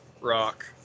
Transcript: rock